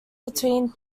between